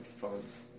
phones